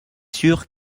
sûr